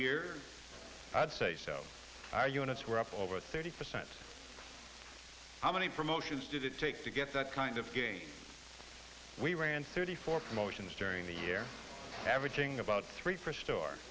year i'd say so our units were up over thirty percent how many promotions did it take to get that kind of game we ran thirty four promotions during the year averaging about three